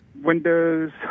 windows